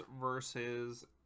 versus